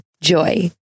Joy